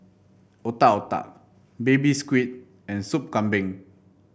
Otak Otak Baby Squid and Sup Kambing